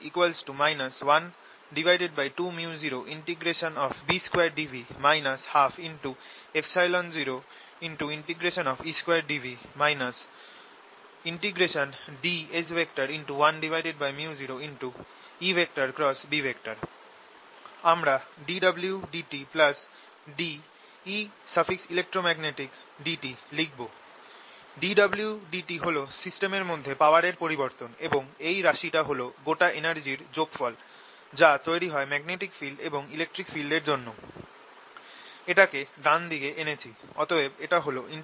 dwdt 12µ0B2dv 120E2dv ds1µ0EB আমরা dwdt ddtEelectromagnetic লিখব dwdt হল সিস্টেম এর মধ্যে পাওয়ার এর পরিবর্তন এবং এই রাশিটা হল গোটা এনার্জির যোগফল যা তৈরি হয় ম্যাগনেটিক ফিল্ড এবং ইলেকট্রিক ফিল্ড এর জন্য এটাকে ডান দিকে এনেছি অতএব এটা হল 1µ0EBds